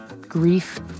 grief